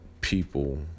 people